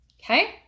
okay